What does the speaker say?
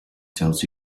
tells